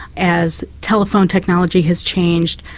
as telephone technology has changed,